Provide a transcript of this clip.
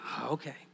Okay